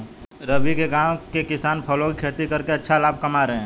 रफी के गांव के किसान फलों की खेती करके अच्छा लाभ कमा रहे हैं